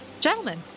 gentlemen